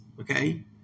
Okay